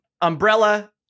umbrella